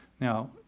Now